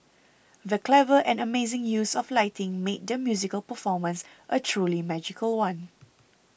the clever and amazing use of lighting made the musical performance a truly magical one